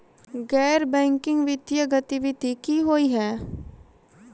गैर बैंकिंग वित्तीय गतिविधि की होइ है?